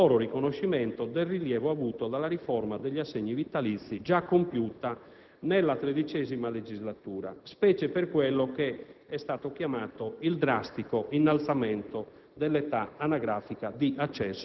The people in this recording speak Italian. e poi il senatore Grillo, a cominciare dal loro riconoscimento del rilievo avuto dalla riforma degli assegni vitalizi già compiuta nella XIII legislatura, specie per quello che